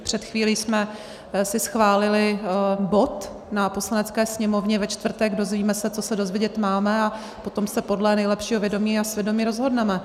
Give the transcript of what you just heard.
Před chvílí jsme si schválili bod na Poslanecké sněmovně ve čtvrtek, dozvíme se, co se dozvědět máme, a potom se podle nejlepšího vědomí a svědomí rozhodneme.